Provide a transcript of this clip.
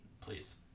Please